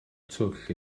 twll